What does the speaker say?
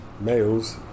males